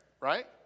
right